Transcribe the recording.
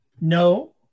No